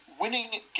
winning